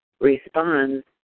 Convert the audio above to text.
responds